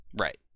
Right